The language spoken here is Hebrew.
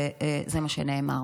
וזה מה שנאמר.